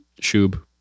Shub